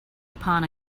upon